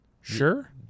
sure